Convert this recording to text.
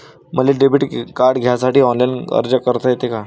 मले debit card घ्यासाठी online अर्ज करता येते का?